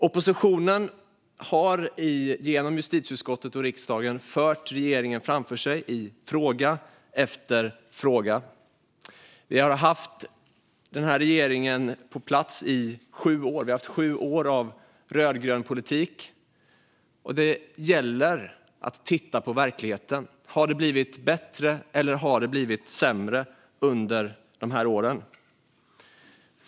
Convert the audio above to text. Oppositionen har genom justitieutskottet och riksdagen fört regeringen framför sig i fråga efter fråga. Vi har haft denna regering på plats i sju år, det vill säga vi har haft sju år av rödgrön politik. Det gäller att titta på verkligheten. Har det blivit bättre eller har det blivit sämre under åren?